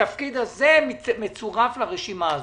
התפקיד הזה מצורף לרשימה הזאת.